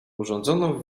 urządzono